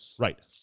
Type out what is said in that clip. right